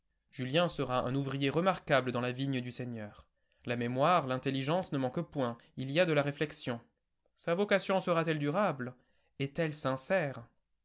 julien sera un ouvrier remarquable dans la vigne du seigneur la mémoire l'intelligence ne manquent point il y a de la réflexion sa vocation sera-t-elle durable est-elle sincère